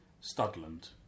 Studland